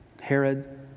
Herod